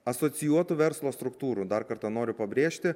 asocijuotų verslo struktūrų dar kartą noriu pabrėžti